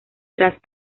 tras